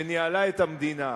שניהלה את המדינה: